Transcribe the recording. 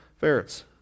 ferrets